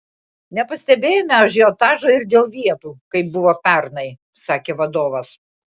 nepastebėjome ažiotažo ir dėl vietų kaip buvo pernai sakė vadovas